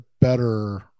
better